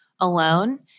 alone